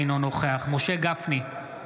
אינו נוכח משה גפני,